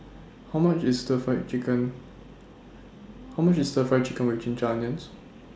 How much IS Stir Fry Chicken How much IS Stir Fry Chicken with Ginger Onions